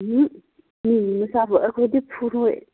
ꯎꯝ ꯃꯤꯒꯤ ꯃꯆꯥꯕꯨ ꯑꯩꯈꯣꯏꯗꯤ ꯐꯨꯔꯣꯏ